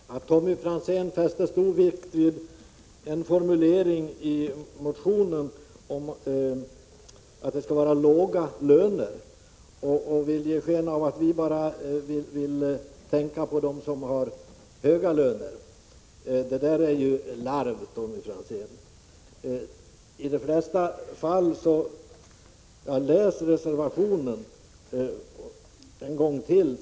Herr talman! Tommy Franzén fäste stor vikt vid en formulering i motionen om att detta skall gälla människor med låga löner. Han vill ge sken av att vi bara vill slå vakt om dem som har höga löner. Det är larv, Tommy Franzén. Jag tycker att Tommy Franzén skall läsa reservationen en gång till.